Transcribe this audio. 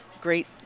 great